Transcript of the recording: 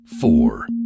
four